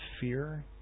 fear